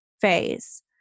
phase